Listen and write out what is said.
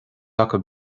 acu